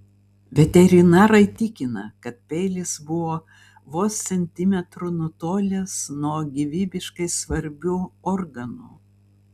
veterinarai tikina kad peilis buvo vos centimetru nutolęs nuo gyvybiškai svarbių organų